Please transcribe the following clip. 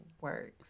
works